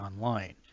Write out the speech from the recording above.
online